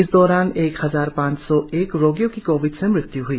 इस दौरान एक हजार पांच सौ एक रोगियों की कोविड से मृत्य् हई